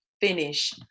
finish